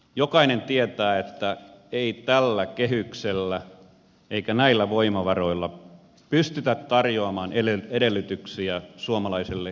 jokainen tietää että ei tällä kehyksellä eikä näillä voimavaroilla pystytä tarjoamaan edellytyksiä suomalaiselle elinkeinotoiminnalle